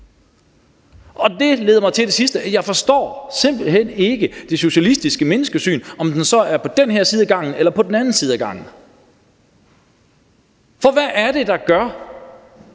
Det leder mig til det sidste: Jeg forstår simpelt hen ikke det socialistiske menneskesyn, om den så er på den her side af gangen eller den på den anden side af gangen. For hvad er det, der gør,